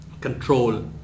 control